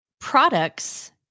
products